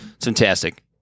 fantastic